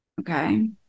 Okay